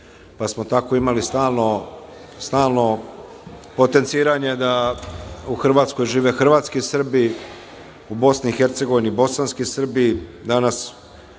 pa smo tako imali stalno potenciranje da u Hrvatskoj žive hrvatski Srbi, u BiH bosanski Srbi,